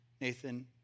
Nathan